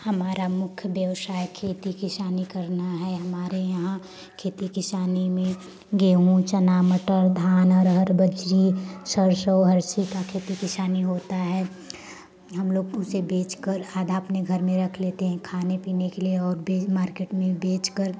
हमारा मुख्य व्यवसाय खेती किसानी करना है हमारे यहाँ हमारे यहाँ खेती किसानी में गेहूँ चना मटर धान अरहर बजरी सरसों हर चीज का खेती किसानी होता है हम लोग उसे बेचकर आधा अपने घर में रख लेते हैं खाने पीने के लिए और मार्केट में बेचकर